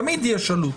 תמיד יש עלות.